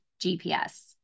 GPS